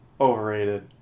overrated